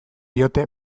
diote